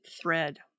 thread